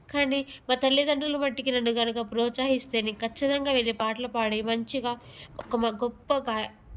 కానీ మా తల్లిదండ్రులు మట్టుక్కి నన్ను కనుక ప్రోత్సహిస్తే నేను ఖచ్చితంగా వెళ్ళి పాటలు పాడి మంచిగా ఒక గొప్పగా